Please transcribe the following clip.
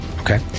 Okay